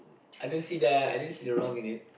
I don't see the I don't see the wrong in it